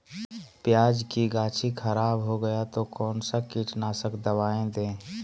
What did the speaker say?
प्याज की गाछी खराब हो गया तो कौन सा कीटनाशक दवाएं दे?